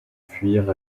fuir